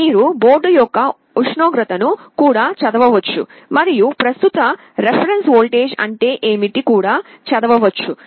మీరు బోర్డు యొక్క ఉష్ణోగ్రత ను కూడా చదవవచ్చు మరియు ప్రస్తుత రిఫరెన్స్ వోల్టేజ్ అంటే ఏమిటి కూడా చదవవచ్చు